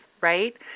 right